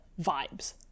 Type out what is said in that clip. vibes